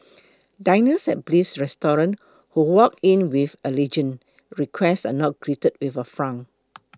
diners at Bliss Restaurant who walk in with allergen requests are not greeted with a frown